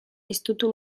estutu